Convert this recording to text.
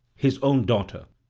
his own daughter,